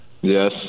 yes